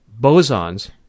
bosons